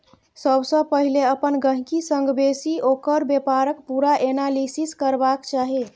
सबसँ पहिले अपन गहिंकी संग बैसि ओकर बेपारक पुरा एनालिसिस करबाक चाही